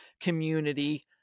community